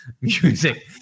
music